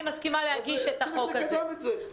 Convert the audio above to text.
אני מסכימה להגיש את החוק הזה.